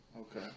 Okay